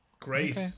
Great